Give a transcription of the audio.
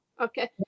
Okay